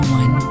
one